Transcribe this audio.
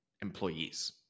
employees